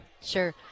Sure